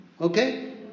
Okay